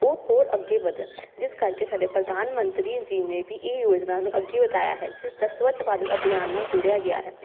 ਉਹ ਹੋਰ ਅੱਗੇ ਵਧਣ ਜਿਸ ਕਰਕੇ ਸਾਡੇ ਪ੍ਰਧਾਨ ਮੰਤਰੀ ਜੀ ਨੇ ਵੀ ਇਹ ਯੋਜਨਾ ਨੂੰ ਅੱਗੇ ਵਧਾਇਆ ਹੈ ਜਿਸ ਦਾ ਸਵੱਚ ਭਾਰਤ ਅਭਿਆਨ ਨਾਲ ਜੁੜਿਆ ਗਿਆ ਹੈ